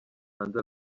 hanze